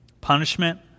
Punishment